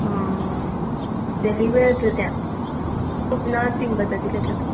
ꯑꯣ ꯗꯦꯂꯤ ꯋꯦꯌꯔꯗꯅꯦ ꯀꯨꯞꯅ ꯆꯤꯡꯕꯗꯗꯤ ꯂꯩꯒꯗ꯭ꯔꯥ